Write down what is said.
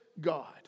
God